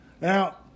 now